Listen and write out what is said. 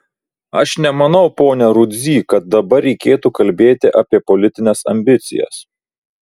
aš nemanau pone rudzy kad dabar reikėtų kalbėti apie politines ambicijas